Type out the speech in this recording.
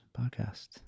podcast